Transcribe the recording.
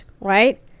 right